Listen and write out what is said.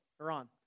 Iran